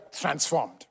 transformed